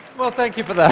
well thank you for that.